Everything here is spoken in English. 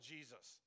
Jesus